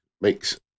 makes